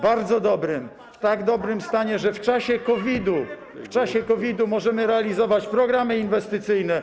bardzo dobrym, w tak dobrym stanie, że w czasie pandemii COVID możemy realizować programy inwestycyjne.